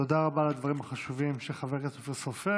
תודה רבה על הדברים החשובים של חבר כנסת אופיר סופר.